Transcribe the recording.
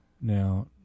Now